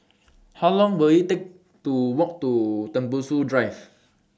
How Long Will IT Take to Walk to Tembusu Drive